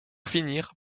finir